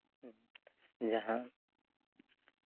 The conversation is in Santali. ᱡᱟᱦᱟᱸ